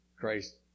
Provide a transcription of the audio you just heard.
Christ